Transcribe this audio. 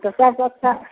तऽ सभसँ अच्छा